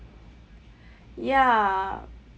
ya